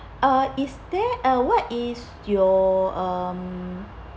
uh is there a what is your um